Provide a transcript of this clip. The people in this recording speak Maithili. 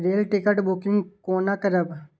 रेल टिकट बुकिंग कोना करब?